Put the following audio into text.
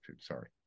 sorry